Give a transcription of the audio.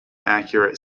accurate